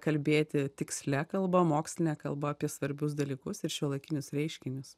kalbėti tikslia kalba moksline kalba apie svarbius dalykus ir šiuolaikinius reiškinius